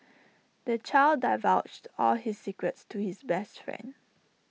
the child divulged all his secrets to his best friend